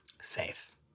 safe